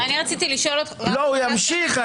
הוא ימשיך,